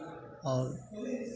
और